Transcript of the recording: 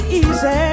easy